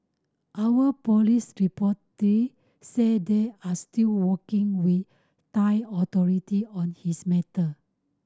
our police reportedly say they are still working with Thai authority on this matter